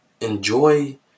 enjoy